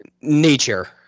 nature